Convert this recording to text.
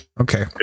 Okay